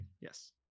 Yes